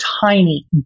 tiny